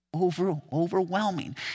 overwhelming